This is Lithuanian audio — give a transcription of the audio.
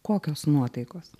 kokios nuotaikos